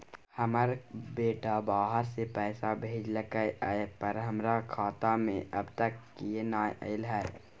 हमर बेटा बाहर से पैसा भेजलक एय पर हमरा खाता में अब तक किये नाय ऐल है?